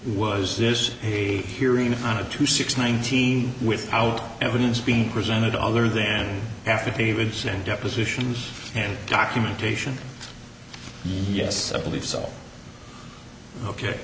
was this the hearing on a two six nineteen with out evidence being presented other than affidavits and depositions and documentation yes i believe so ok